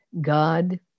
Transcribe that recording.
God